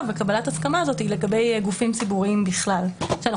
בקבלת הסכמה הזאת לגבי גופים ציבוריים בכלל אנחנו